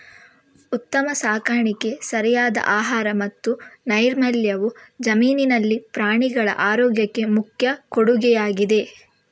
ಉತ್ತಮ ಸಾಕಾಣಿಕೆ, ಸರಿಯಾದ ಆಹಾರ ಮತ್ತು ನೈರ್ಮಲ್ಯವು ಜಮೀನಿನಲ್ಲಿ ಪ್ರಾಣಿಗಳ ಆರೋಗ್ಯಕ್ಕೆ ಮುಖ್ಯ ಕೊಡುಗೆಯಾಗಿದೆ